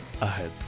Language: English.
ahead